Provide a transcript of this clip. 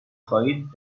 خواهید